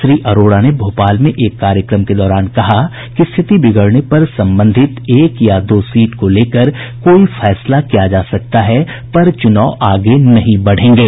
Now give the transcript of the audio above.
श्री अरोड़ा ने भोपाल में एक कार्यक्रम के दौरान कहा कि स्थिति बिगड़ने पर संबंधित एक या दो सीट को लेकर कोई निर्णय लिया जा सकता है पर चुनाव आगे नहीं बढ़ेंगे